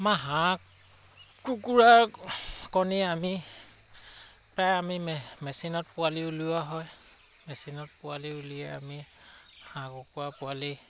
আমাৰ হাঁহ কুকুুৰাৰ কণী আমি প্ৰায় আমি মে মেচিনত পোৱালি উলিওৱা হয় মেচিনত পোৱালি উলিয়াই আমি হাঁহ কুকুৰা পোৱালি